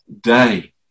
day